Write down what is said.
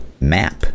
map